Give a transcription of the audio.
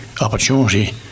opportunity